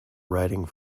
writing